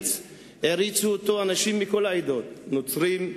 שהעריצו אותו אנשים מכל העדות: נוצרים,